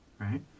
right